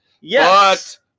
Yes